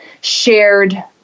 shared